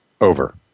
over